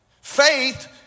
Faith